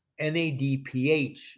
NADPH